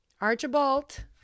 Archibald